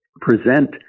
present